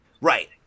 right